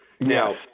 Now